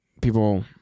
people